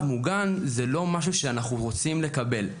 מוגן זה לא משהו שאנחנו רוצים לקבל.